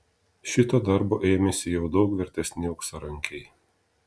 šito darbo ėmėsi jau daug vertesni auksarankiai